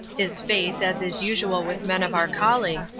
his face, as is usual with men of our calling,